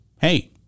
hey